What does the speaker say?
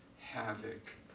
havoc